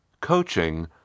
Coaching